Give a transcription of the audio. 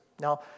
Now